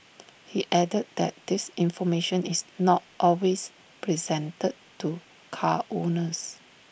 he added that this information is not always presented to car owners